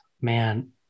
man